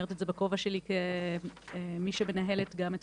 אומרת את זה בכובע שלי כמי שמנהלת גם את